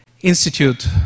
institute